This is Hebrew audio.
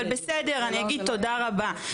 אבל בסדר אני אגיד תודה רבה,